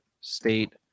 State